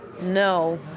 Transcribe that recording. No